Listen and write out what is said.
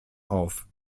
auf